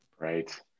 Right